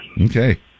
Okay